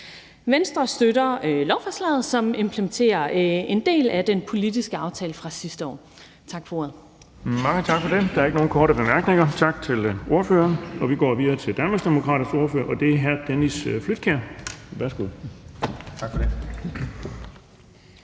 Venstre støtter lovforslaget, som implementerer en del af den politiske aftale fra sidste år. Tak for ordet